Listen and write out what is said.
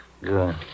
Good